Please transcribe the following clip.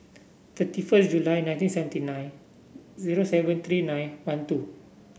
thirty first July nineteen seventy nine zero seven three nine one two